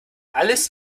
alles